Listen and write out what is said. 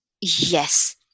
Yes